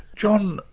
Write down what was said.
john,